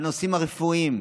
בנושאים הרפואיים,